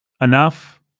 enough